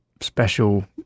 special